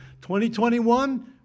2021